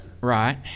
right